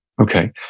Okay